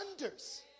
wonders